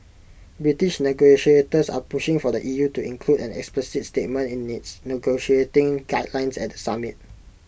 British negotiators are pushing for the E U to include an explicit statement in its negotiating guidelines at the summit